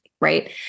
right